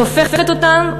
היא הופכת אותן,